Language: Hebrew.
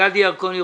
גדי ירקוני.